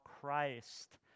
christ